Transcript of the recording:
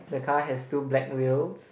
the car has two black wheels